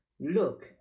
Look